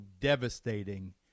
devastating